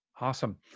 Awesome